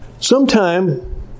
Sometime